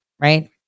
right